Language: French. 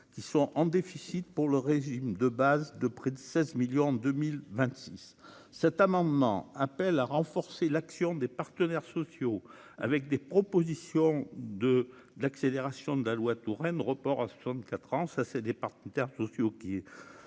qui sont en déficit pour le régime de base de près de 16 millions en 2026 cet amendement appel à renforcer l'action des partenaires sociaux avec des propositions de l'accélération de la loi Touraine report à 64 ans, ça c'est des partenaires sociaux qui